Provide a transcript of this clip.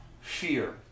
fear